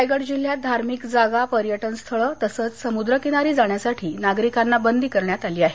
रायगड जिल्ह्यात धार्मिक जागा पर्यटनस्थळ तसंच समुद्रकिनारी जाण्यासाठी नागरिकांना बंदी करण्यात आली आहे